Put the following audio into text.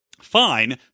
fine